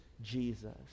Jesus